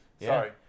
Sorry